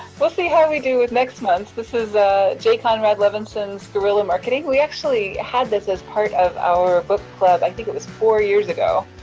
we'll see how we do with next month's. this is jay conrad levinson's guerrilla marketing. we actually had this as part of our ah book club i think it was four years ago.